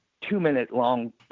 two-minute-long